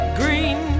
green